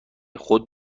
خود